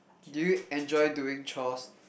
did you enjoy doing chores